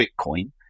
Bitcoin